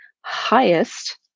highest